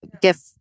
gift